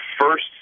first